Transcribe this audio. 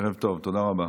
ערב טוב, תודה רבה.